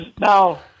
Now